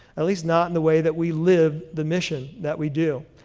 at least not in the way that we live the mission that we do.